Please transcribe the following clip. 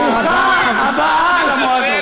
ברוכה הבאה למועדון.